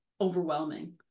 overwhelming